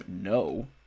No